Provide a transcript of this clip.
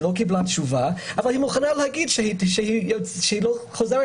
היא לא קיבלה תשובה אבל היא מוכנה להגיד שהיא לא חוזרת